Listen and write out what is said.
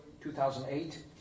2008